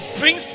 bring